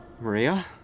Maria